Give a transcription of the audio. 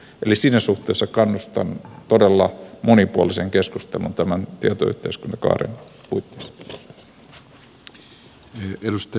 eli siinä suhteessa kannustan todella monipuoliseen keskusteluun tämän tietoyhteiskuntakaaren puitteissa